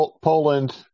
Poland